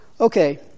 Okay